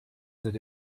that